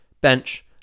bench